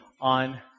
on